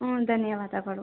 ಹ್ಞೂ ಧನ್ಯವಾದಗಳು